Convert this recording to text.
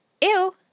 Ew